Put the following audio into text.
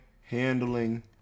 handling